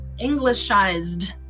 englishized